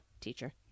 teacher